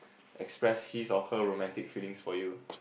express his or her romantic feelings for you